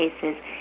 cases